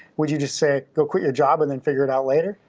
would you just say, go quit your job and then figure it out later?